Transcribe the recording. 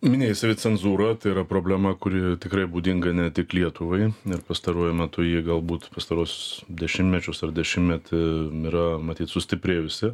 minėjai savicenzūrą tai yra problema kuri tikrai būdinga ne tik lietuvai ir pastaruoju metu ji galbūt pastaruosius dešimtmečius ar dešimtmetį yra matyt sustiprėjusi